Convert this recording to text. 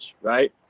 right